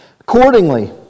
Accordingly